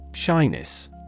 Shyness